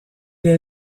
est